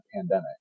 pandemic